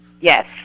Yes